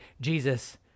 Jesus